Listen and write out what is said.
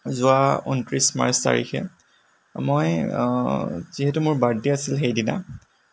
যোৱা ঊনত্ৰিছ মাৰ্চ তাৰিখে মই যিহেতু মোৰ বাৰ্ডদে' আছিলে সেইদিনা